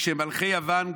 כשמלכו יוון,